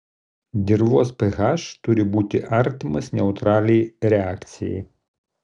dirvos ph turi būti artimas neutraliai reakcijai